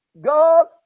God